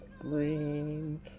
green